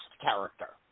character